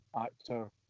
actor